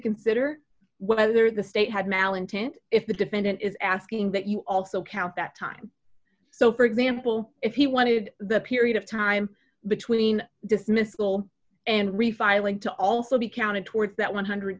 consider whether the state had malintent if the defendant is asking that you also count that time so for example if he wanted the period of time between dismissal and refiling to also be counted towards that one hundred